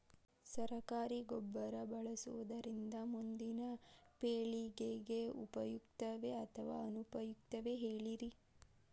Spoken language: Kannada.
ಸರಕಾರಿ ಗೊಬ್ಬರ ಬಳಸುವುದರಿಂದ ಮುಂದಿನ ಪೇಳಿಗೆಗೆ ಉಪಯುಕ್ತವೇ ಅಥವಾ ಅನುಪಯುಕ್ತವೇ ಹೇಳಿರಿ